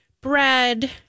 bread